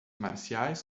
marciais